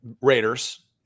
Raiders